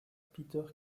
peter